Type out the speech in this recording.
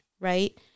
right